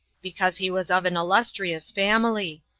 because he was of an illustrious family,